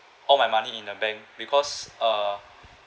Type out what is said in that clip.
all my money in the bank because uh